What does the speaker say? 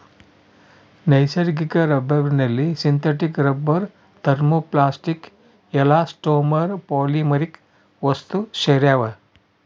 ನೈಸರ್ಗಿಕ ರಬ್ಬರ್ನಲ್ಲಿ synthetic rubber thermoplastic elastomer polymeric ವಸ್ತುಸೇರ್ಯಾವ